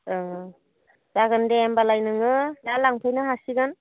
ओं ओं जागोन दे होनबालाय नोङो दा लांफैनो हासिगोन